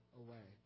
away